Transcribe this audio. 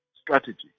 strategy